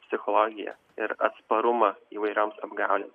psichologiją ir atsparumą įvairioms apgaulėms